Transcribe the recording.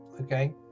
okay